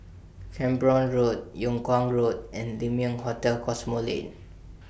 Camborne Road Yung Kuang Road and Lai Ming Hotel Cosmoland